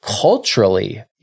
culturally